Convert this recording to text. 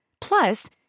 Plus